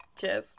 Cheers